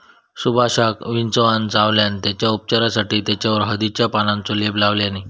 सुभाषका विंचवान चावल्यान तेच्या उपचारासाठी तेच्यावर हळदीच्या पानांचो लेप लावल्यानी